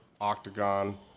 octagon